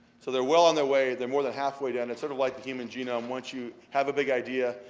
so they're well on their way they're more than halfway done. they're and sort of like the human genome once you have a big idea,